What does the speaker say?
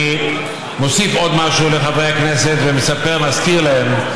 אני מוסיף עוד משהו לחברי הכנסת ומספר: נזכיר להם,